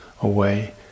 away